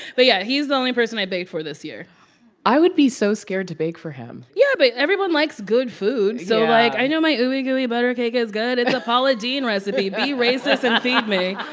but yeah, he's the only person i baked for this year i would be so scared to bake for him yeah, but everyone likes good food yeah so like, i know my ooey-gooey butter cake is good it's a paula deen recipe. be racist and feed me.